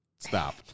Stop